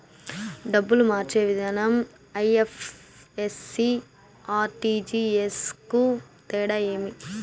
డబ్బులు మార్చే విధానం ఐ.ఎఫ్.ఎస్.సి, ఆర్.టి.జి.ఎస్ కు తేడా ఏమి?